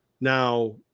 Now